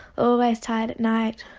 always tired at night.